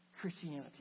Christianity